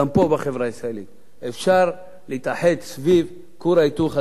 גם פה בחברה הישראלית אפשר להתאחד סביב כור ההיתוך הזה.